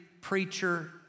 preacher